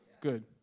Good